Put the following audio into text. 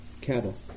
cattle